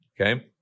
Okay